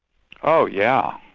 oh yeah.